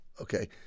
okay